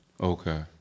Okay